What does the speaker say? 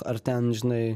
ar ten žinai